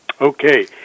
Okay